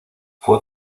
fue